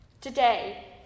Today